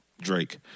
drake